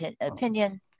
opinion